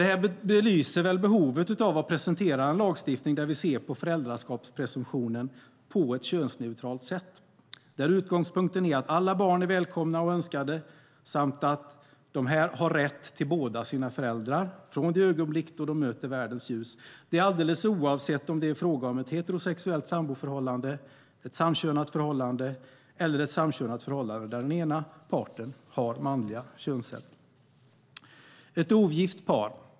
Detta belyser väl behovet av att presentera en lagstiftning där vi ser på föräldraskapspresumtionen på ett könsneutralt sätt, där utgångspunkten är att alla barn är välkomna och önskade samt att de har rätt till båda sina föräldrar från det ögonblick då de möter världens ljus, alldeles oavsett om det är fråga om ett heterosexuellt samboförhållande, ett samkönat förhållande eller ett samkönat förhållande där den ena parten har manliga könsceller.